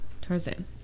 Tarzan